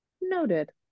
Noted